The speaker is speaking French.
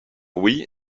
oui